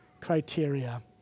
criteria